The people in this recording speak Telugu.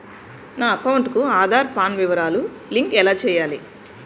నా అకౌంట్ కు ఆధార్, పాన్ వివరాలు లంకె ఎలా చేయాలి?